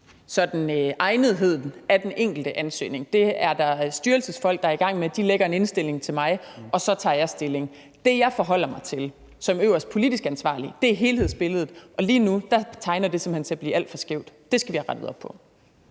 sådan egnetheden af den enkelte ansøgning. Det er der styrelsesfolk, der er i gang med. De lægger en indstilling til mig, og så tager jeg stilling. Det, jeg forholder mig til som øverst politisk ansvarlig, er helhedsbilledet. Og lige nu tegner det simpelt hen til at blive alt for skævt – det skal vi have rettet op på.